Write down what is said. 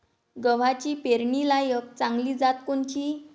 गव्हाची पेरनीलायक चांगली जात कोनची?